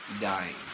dying